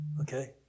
Okay